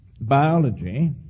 biology